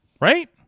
right